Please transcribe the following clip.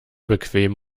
bequem